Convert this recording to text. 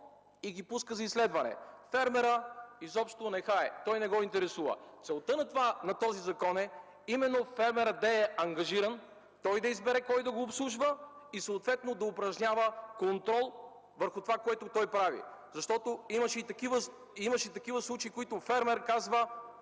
и ги пуска за изследване. Фермерът изобщо нехае, него не го интересува. Целта на този закон е именно фермерът да е ангажиран, той да избере кой да го обслужва и съответно да упражнява контрол върху това, което той прави. Имаше и такива случаи, в които фермерът казва,